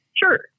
Sure